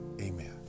Amen